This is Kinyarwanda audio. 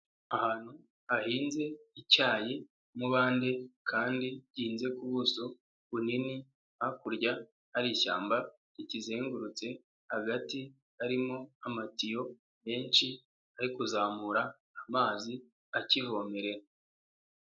Ahantu hahinze icyayi mu mubandi kandi gihinze ku buso bunini, hakurya hari ishyamba rikizengurutse, hagati harimo amatiyo menshi ari kuzamura amazi akivomerera.